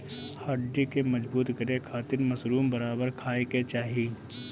हड्डी के मजबूत करे खातिर मशरूम बराबर खाये के चाही